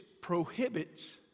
prohibits